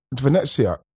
Venezia